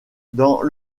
dans